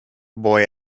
boy